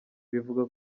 bivugwa